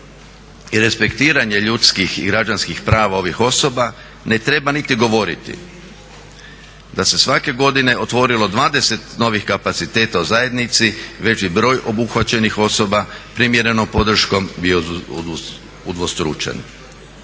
i respektiranje ljudskih i građanskih prava ovih osoba ne treba niti govoriti. Da se svake godine otvorilo 20 novih kapaciteta u zajednici već bi broj obuhvaćenih osoba primjerenom podrškom bio udvostručen.